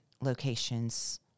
locations